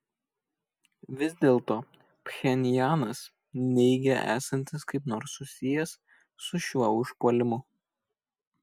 vis dėlto pchenjanas neigia esantis kaip nors susijęs su šiuo užpuolimu